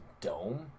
dome